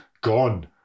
Gone